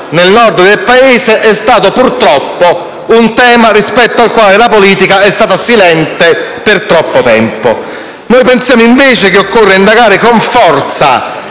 Grazie